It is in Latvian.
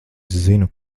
zinu